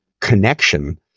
connection